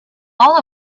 all